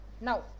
Now